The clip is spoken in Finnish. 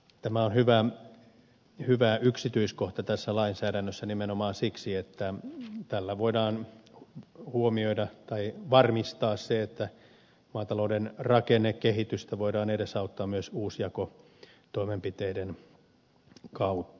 tämä on hyvä yksityiskohta tässä lainsäädännössä nimenomaan siksi että tällä voidaan huomioida tai varmistaa se että maatalouden rakennekehitystä voidaan edesauttaa myös uusjakotoimenpiteiden kautta